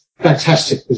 Fantastic